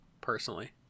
personally